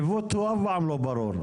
עיוות הוא אף פעם לא ברור,